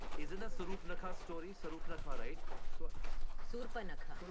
isn't the suruphanaka story suruphanaka right? so surphanaka.